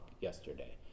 yesterday